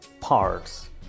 parts